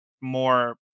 more